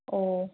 ꯑꯣ